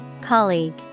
Colleague